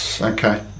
Okay